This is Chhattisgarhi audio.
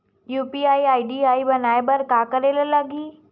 यू.पी.आई आई.डी बनाये बर का करे ल लगही?